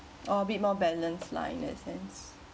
or a bit more balance lah in that sense